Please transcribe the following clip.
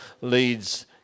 leads